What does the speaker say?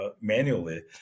manually